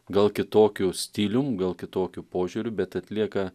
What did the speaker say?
gal kitokiu stilium gal kitokiu požiūriu bet atlieka